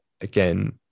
again